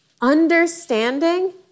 Understanding